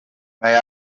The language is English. may